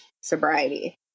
sobriety